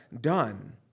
done